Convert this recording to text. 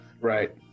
Right